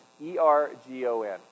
E-R-G-O-N